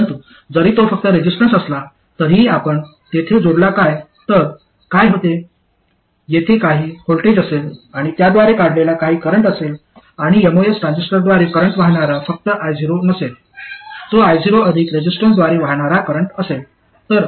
परंतु जरी तो फक्त रेसिस्टन्स असला तरीही आपण तेथे जोडला तर काय होते येथे काही व्होल्टेज असेल आणि त्याद्वारे काढलेला काही करंट असेल आणि एमओएस ट्रान्झिस्टरद्वारे करंट वाहणारा फक्त Io नसेल तो Io अधिक रेझिस्टरद्वारे वाहणारा करंट असेल